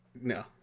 No